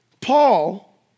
Paul